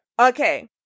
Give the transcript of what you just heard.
Okay